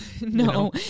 No